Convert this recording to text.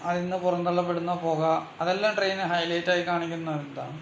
അതിൽ നിന്ന് പുറം തള്ളപ്പെടുന്ന പുക അതെല്ലാം ട്രെയിൻ ഹൈ ലൈറ്റായി കാണിക്കുന്നതെന്താണ്